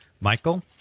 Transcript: Michael